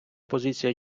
позиція